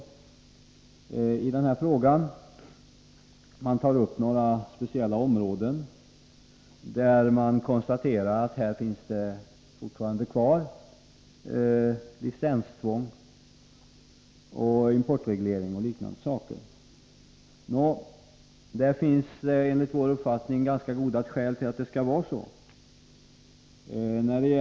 Reservanterna konstaterar att det på några speciella områden fortfarande finns kvar licenstvång, importreglering och liknande saker. Det finns enligt vår uppfattning ganska goda skäl för att det skall vara så.